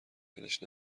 ولش